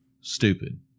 stupid